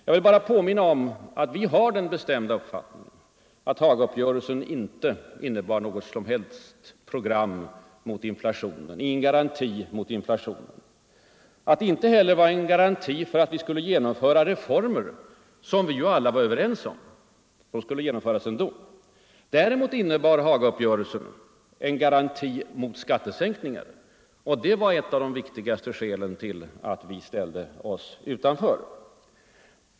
Jag vill bara påminna om att vi har den bestämda uppfattningen att Hagauppgörelsen inte innebar något som helst program mot inflationen, ingen garanti mot inflationen. Inte heller var den någon garanti för att vi skulle kunna genomföra reformer som vi alla var överens om =— de skulle ha genomförts ändå. Däremot innebar Hagauppgörelsen en garanti mor skattesänkningar, och det var ett av de viktigaste skälen till att vi ställde oss utanför.